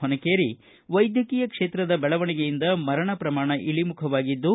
ಹೊನಕೇರಿ ವೈದ್ಯಕೀಯ ಕ್ಷೇತ್ರದ ಬೆಳವಣಿಗೆಯಿಂದ ಮರಣ ಪ್ರಮಾಣ ಇಳಿಮುಖವಾಗಿದ್ದು